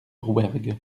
rouergue